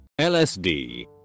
lsd